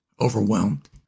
overwhelmed